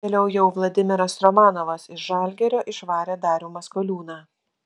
vėliau jau vladimiras romanovas iš žalgirio išvarė darių maskoliūną